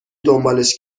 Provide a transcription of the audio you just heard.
دنبالش